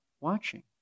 watching